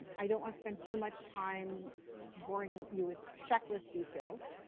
i don't want to spend too much time worrying you with checklist details.